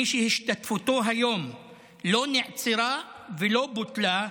מי שהשתתפותו היום לא נעצרה ולא בוטלה,